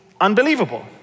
unbelievable